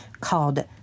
called